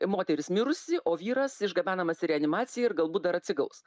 moteris mirusi o vyras išgabenamas į reanimaciją ir galbūt dar atsigaus